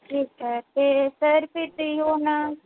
ਠੀਕ ਹੈ ਅਤੇ ਸਰ ਫਿਰ ਤੁਸੀਂ ਉਹ ਨਾ